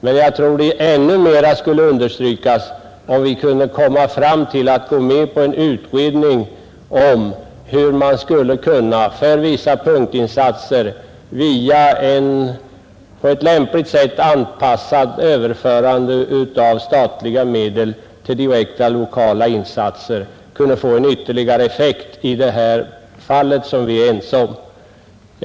Men jag tror att det ännu mer skulle understrykas, om vi kunde få till stånd en utredning om möjligheterna till direkta lokala punktinsatser via ett på lämpligt sätt anpassat överförande av statliga medel, varigenom en ytterligare effekt i sådan riktning som vi är ense om skulle uppnås.